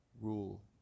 rule